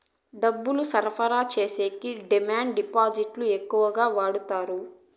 డబ్బులు సరఫరా చేసేకి డిమాండ్ డిపాజిట్లు ఎక్కువ వాడుతారు